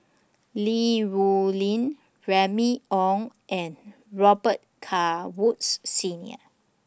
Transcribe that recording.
Li Rulin Remy Ong and Robet Carr Woods Senior